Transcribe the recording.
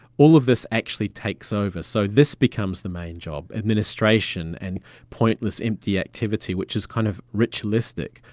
all of this actually takes over so this becomes the main job, administration and pointless empty activity which is kind of ritualistic,